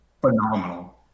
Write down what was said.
Phenomenal